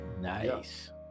Nice